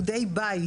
הוא דיי בית,